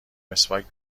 مسواک